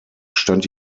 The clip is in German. stand